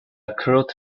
crude